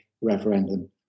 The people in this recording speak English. referendum